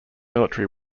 military